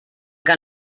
que